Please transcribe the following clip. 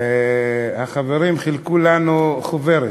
החברים חילקו לנו חוברת.